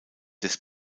des